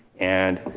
and